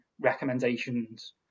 recommendations